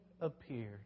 appeared